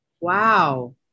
Wow